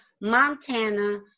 Montana